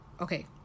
okay